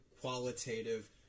qualitative